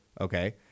okay